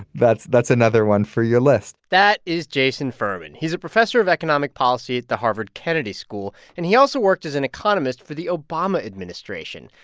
that's that's another one for your list that is jason furman. he's a professor of economic policy at the harvard kennedy school, and he also worked as an economist for the obama administration.